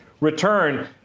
return